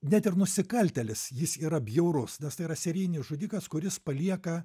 net ir nusikaltėlis jis yra bjaurus nes tai yra serijinis žudikas kuris palieka